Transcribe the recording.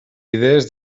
idees